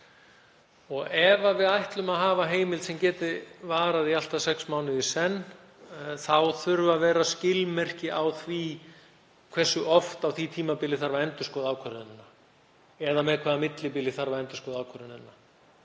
Ef við ætlum að hafa heimild sem getur varað í allt að sex mánuði í senn þá þurfa að vera skilmerki á því hversu oft á því tímabili þurfi að endurskoða ákvörðunina eða með hvaða millibili. Mér finnst að